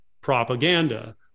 propaganda